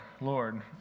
Lord